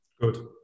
Good